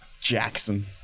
Jackson